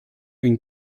une